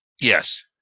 Yes